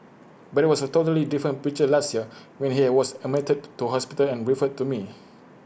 but IT was A totally different picture last year when he was admitted to hospital and referred to me